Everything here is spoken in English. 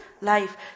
life